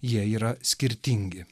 jie yra skirtingi